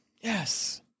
Yes